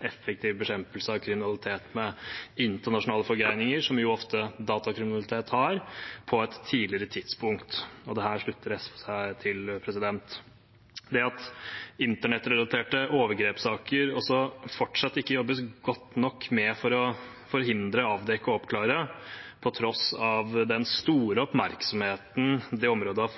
effektiv bekjempelse av kriminalitet med internasjonale forgreininger, som jo ofte datakriminalitet har, på et tidligere tidspunkt. Dette slutter SV seg til. At det fortsatt ikke jobbes godt nok med å forhindre, avdekke og oppklare internettrelaterte overgrepssaker på tross av den store oppmerksomheten det området har